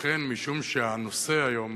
לכן, משום שהנושא היום,